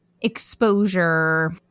exposure